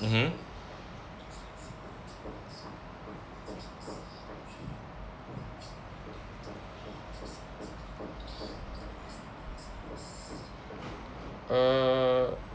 mmhmm uh